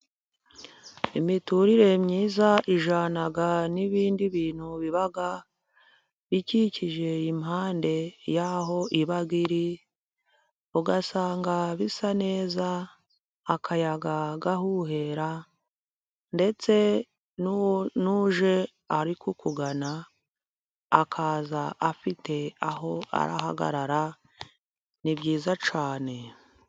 Imiturire myiza ijyana n'ibindi bintu biba bikikije impande yaho iba iri ugasanga bisa neza akayaga gahuhera, ndetse n'uje ari ku kugana akaza afite aho arahagarara ni byiza cyane.